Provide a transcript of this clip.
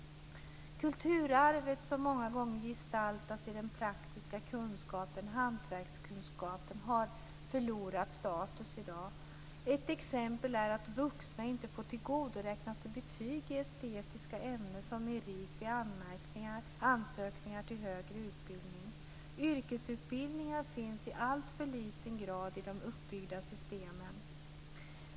Kulturarvet, som många gånger gestaltas i den praktiska kunskapen, hantverksskunskapen, har förlorat i status i dag. Ett exempel är att vuxna inte får tillgodoräkna sig betyg i estetiska ämnen som merit vid ansökningar till högre utbildning. Yrkesutbildningar finns i alltför liten grad i de uppbyggda systemen.